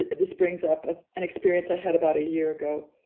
this brings up an experience i had about a year ago,